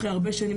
אחרי הרבה שנים